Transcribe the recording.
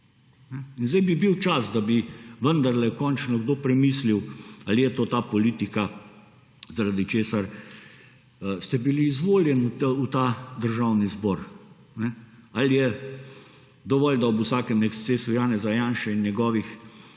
In sedaj bi bil čas, da bi vendarle končno kdo premislil ali je to ta polika zaradi česar ste bili izvoljeni v ta državni zbor. Ali je dovolj, da ob vsakem ekscesu Janeza Janše in njegovih